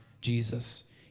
Jesus